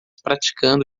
praticando